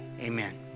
amen